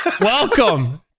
Welcome